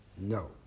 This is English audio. No